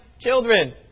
children